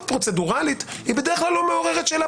פרוצדורלית בדרך כלל לא מעוררת שאלה